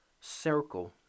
circle